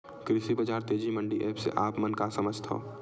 कृषि बजार तेजी मंडी एप्प से आप मन का समझथव?